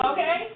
Okay